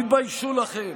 תתביישו לכם.